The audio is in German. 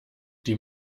die